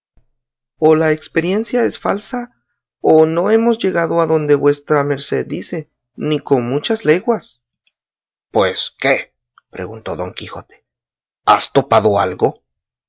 o la experiencia es falsa o no hemos llegado adonde vuesa merced dice ni con muchas leguas pues qué preguntó don quijote has topado algo